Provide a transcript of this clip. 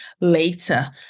later